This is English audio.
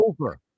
over